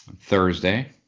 Thursday